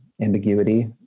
ambiguity